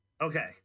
Okay